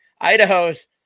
Idaho's